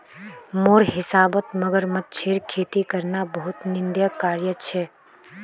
मोर हिसाबौत मगरमच्छेर खेती करना बहुत निंदनीय कार्य छेक